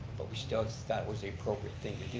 but we still thought it was the appropriate thing